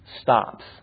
stops